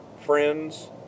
friends